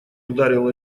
ударил